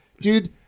dude